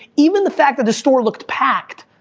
even the fact that the store looked packed,